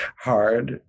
hard